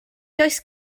does